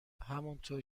همونطور